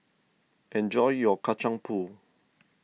enjoy your Kacang Pool